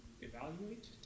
evaluate